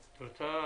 את רוצה